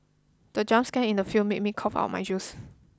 the jump scare in the film made me cough out my juice